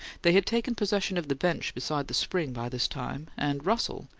they had taken possession of the bench beside the spring, by this time and russell,